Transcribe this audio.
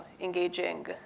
engaging